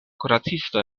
kuracisto